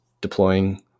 deploying